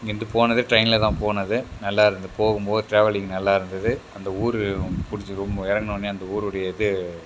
இங்கேயிருந்து போனது ட்ரெயினில் தான் போனது நல்லா இருந்தது போகும்போது டிராவலிங் நல்லா இருந்தது அந்த ஊர் ரொம்ப பிடிச்சி ரொம்ப இறங்குன வொடனேயே அந்த ஊருடைய